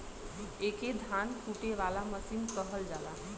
एके धान कूटे वाला मसीन कहल जाला